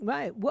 Right